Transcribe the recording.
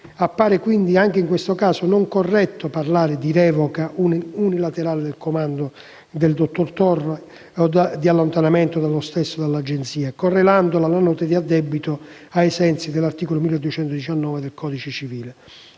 appare quindi, anche in questo caso, non corretto parlare di «revoca unilaterale» del comando del dottor Torre o di allontanamento dello stesso da parte dell'Agenzia, correlandola alla nota di addebito ai sensi dell'articolo 1219 del codice civile.